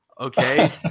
Okay